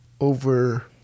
over